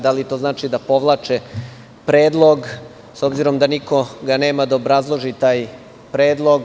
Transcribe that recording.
Da li to znači da povlače predlog, s obzirom da nikog nema da obrazloži taj predlog?